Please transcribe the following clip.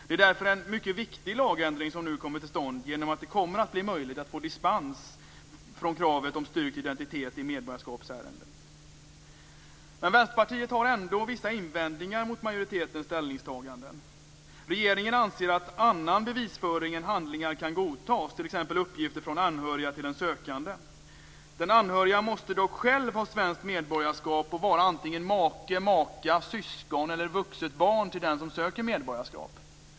Det är därför en mycket viktig lagändring som nu kommer till stånd genom att det kommer att bli möjligt att få dispens från kravet på styrkt identitet i medborgarskapsärenden. Vänsterpartiet har ändå vissa invändningar mot majoritetens ställningstaganden. Regeringen anser att annan bevisföring än handlingar kan godtas, t.ex. uppgifter från anhöriga till den sökande. Den anhöriga måste dock själv ha svenskt medborgarskap och vara antingen make/maka, syskon eller vuxet barn till den som söker medborgarskap.